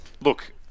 Look